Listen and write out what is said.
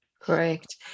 Correct